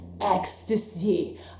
ecstasy